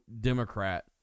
Democrat